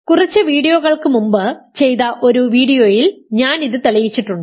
കുറച്ച് വീഡിയോകൾക്ക് മുമ്പ് ചെയ്ത ഒരു വീഡിയോയിൽ ഞാൻ ഇത് തെളിയിച്ചിട്ടുണ്ട്